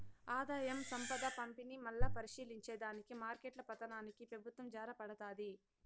ఆదాయం, సంపద పంపిణీ, మల్లా పరిశీలించే దానికి మార్కెట్ల పతనానికి పెబుత్వం జారబడతాది